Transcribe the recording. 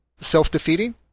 self-defeating